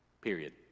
Period